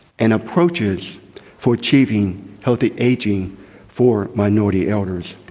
and approaches for achieving healthy aging for minority elders.